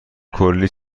کلی